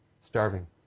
starving